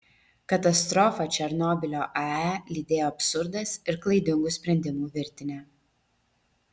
katastrofą černobylio ae lydėjo absurdas ir klaidingų sprendimų virtinė